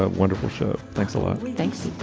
ah wonderful show. thanks a lot. thanks